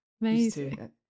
Amazing